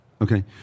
Okay